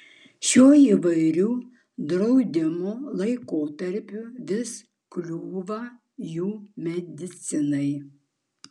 šiuo įvairių draudimų laikotarpiu vis kliūva jų medicinai